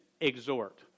exhort